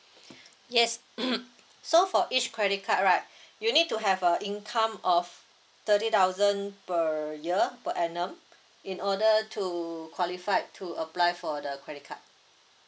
yes so for each credit card right you need to have a income of thirty thousand per year per annum in order to qualified to apply for the credit card